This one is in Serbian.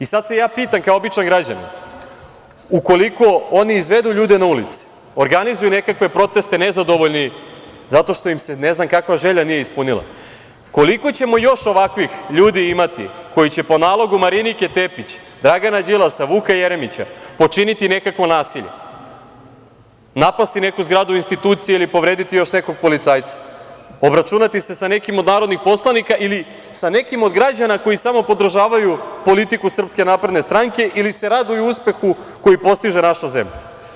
I sada se ja pitam kao običan građanin, ukoliko oni izvedu ljude na ulice, organizuju nekakve proteste, nezadovoljni zato što im se ne znam kakva želja nije ispunila, koliko ćemo još ovakvih ljudi imati koji će po nalogu Marinike Tepić, Dragana Đilasa, Vuka Jeremića, počiniti nekakvo nasilje, napasti neku zgradu institucije ili povrediti još nekog policajca, obračunati se sa nekim od narodnih poslanika ili sa nekim od građana koji samo podržavaju politiku SNS ili se raduju uspehu koji postiže naša zemlja?